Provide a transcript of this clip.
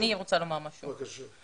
לומר משהו?